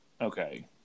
okay